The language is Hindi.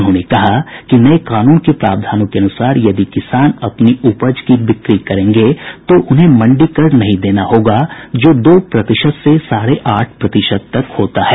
उन्होंने कहा कि नये कानून के प्रावधानों के अनुसार यदि किसान अपनी उपज की बिक्री करेंगे तो उन्हें मंडी कर नहीं देना होगा जो दो प्रतिशत से साढ़े आठ प्रतिशत तक होता है